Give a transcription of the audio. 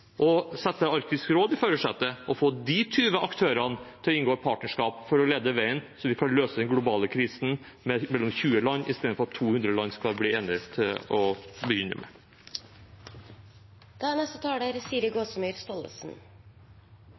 å sette Arktisk råd i førersetet og få de 20 aktørene til å inngå et partnerskap for å lede an, så vi kan løse den globale krisen mellom 20 land, i stedet for at 200 land skal bli enige til å begynne med.